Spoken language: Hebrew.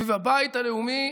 סביב הבית הלאומי,